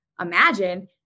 imagine